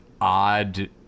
odd